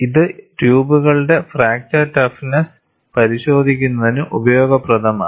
ഇത് ട്യൂബുകളുടെ fracture toughness പരിശോധിക്കുന്നതിന് ഉപയോഗപ്രദമാണ്